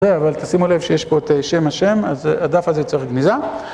זה, אבל תשימו לב שיש פה את שם השם, אז הדף הזה צריך גניזה.